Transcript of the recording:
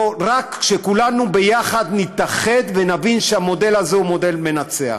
רק שכולנו נתאחד ונבין שהמודל הזה הוא מודל מנצח.